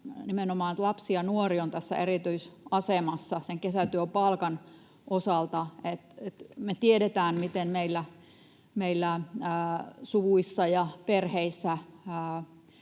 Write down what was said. lapsi ja nuori on tässä erityisasemassa sen kesätyöpalkan osalta. Me tiedetään, miten meillä meillä suvuissa ja perheissä